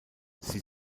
sie